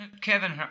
Kevin